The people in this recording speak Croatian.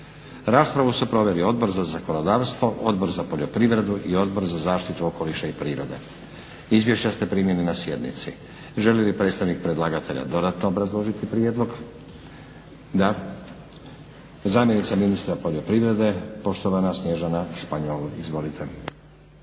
Raspravu su proveli Odbor za zakonodavstvo, Odbor za poljoprivredu i Odbor za zaštitu okoliša i prirode. Izvješća ste primili na sjednici. Želi li predstavnik predlagatelja dodatno obrazložiti prijedlog? Da. Zamjenica ministra poljoprivrede poštovana Snježana Španjol, izvolite.